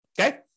okay